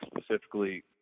specifically